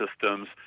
systems